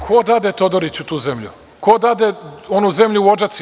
Ko dade Todoriću tu zemlju, ko dade onu zemlju u Odžacima?